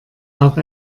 auch